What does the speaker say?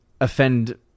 offend